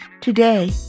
Today